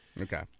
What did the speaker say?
Okay